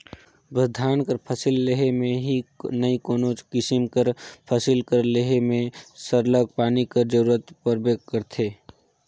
बस धान कर फसिल लेहे में ही नई कोनोच किसिम कर फसिल कर लेहे में सरलग पानी कर जरूरत परबे करथे